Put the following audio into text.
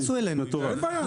אין בעיה,